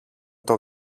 τον